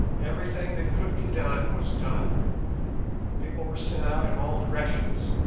everything that could be done was done people were sent out in all directions,